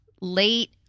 late